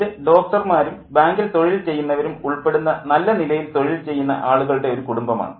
ഇത് ഡോക്ടർമാരും ബാങ്കിൽ ജോലി ചെയ്യുന്നവരും ഉൾപ്പെടുന്ന നല്ല നിലയിൽ തൊഴിൽ ചെയ്യുന്ന ആളുകളുടെ ഒരു കുടുംബമാണ്